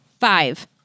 Five